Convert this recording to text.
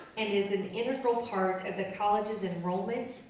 and is an integral part of the college's enrollment,